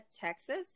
Texas